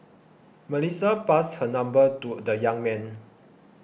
Melissa passed her number to the young man